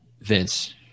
Vince